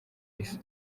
bisa